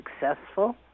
successful